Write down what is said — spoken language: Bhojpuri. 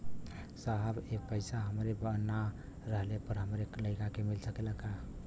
साहब ए पैसा हमरे ना रहले पर हमरे लड़का के मिल सकेला का?